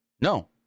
No